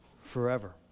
forever